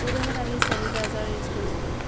ক'ভিডৰ সময়ত আমি চেনিটাইজাৰ ইউজ কৰিছিলোঁ